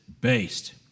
based